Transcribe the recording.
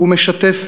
ומשתפת.